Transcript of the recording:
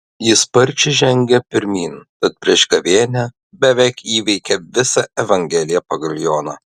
ji sparčiai žengė pirmyn tad prieš gavėnią beveik įveikė visą evangeliją pagal joną